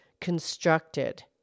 constructed